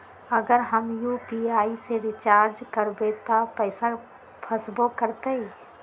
अगर हम यू.पी.आई से रिचार्ज करबै त पैसा फसबो करतई?